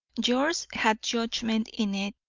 yours had judgment in it,